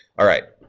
all right.